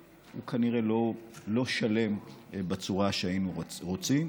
הוא כנראה לא שלם בצורה שהיינו רוצים.